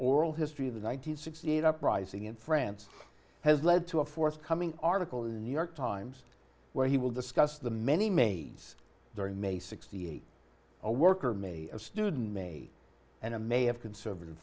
oral history of the one nine hundred sixty eight uprising in france has led to a forthcoming article in new york times where he will discuss the many maids during may sixty eight a worker may a student may and a may have conservative